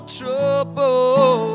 trouble